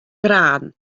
graden